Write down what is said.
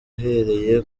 uhereye